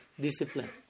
discipline